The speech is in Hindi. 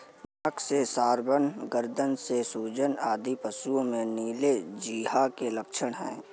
नाक से स्राव, गर्दन में सूजन आदि पशुओं में नीली जिह्वा के लक्षण हैं